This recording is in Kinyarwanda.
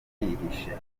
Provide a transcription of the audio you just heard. yihishe